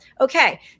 Okay